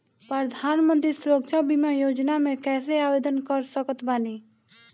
प्रधानमंत्री सुरक्षा बीमा योजना मे कैसे आवेदन कर सकत बानी?